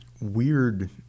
weird